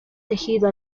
tejido